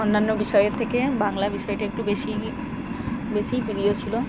অন্যান্য বিষয়ের থেকে বাংলা বিষয়টা একটু বেশি বেশিই প্রিয় ছিলো